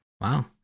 Wow